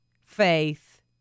faith